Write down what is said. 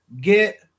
get